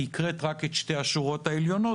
כי הקראת רק את שתי השורות העליונות,